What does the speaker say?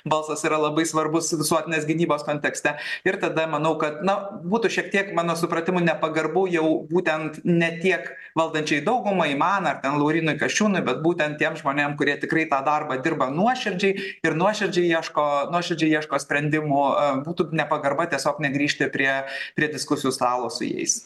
balsas yra labai svarbus visuotinės gynybos kontekste ir tada manau kad na būtų šiek tiek mano supratimu nepagarbu jau būtent ne tiek valdančiai daugumai man ar laurynui kasčiūnui bet būtent tiem žmonėm kurie tikrai tą darbą dirba nuoširdžiai ir nuoširdžiai ieško nuoširdžiai ieško sprendimų a būtų nepagarba tiesiog negrįžti prie prie diskusijų stalo su jais